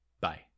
Bye